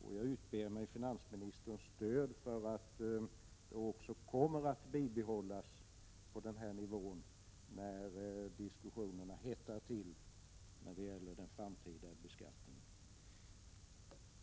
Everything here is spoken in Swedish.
och jag utber mig finansministerns stöd för att det skall bibehållas på den här nivån också när diskussionerna om den framtida beskattningen hettar till.